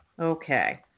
Okay